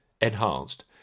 enhanced